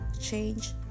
change